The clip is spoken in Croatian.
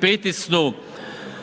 pritisnu